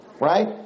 right